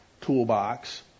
toolbox